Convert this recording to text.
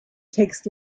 takes